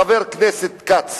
חבר הכנסת כץ.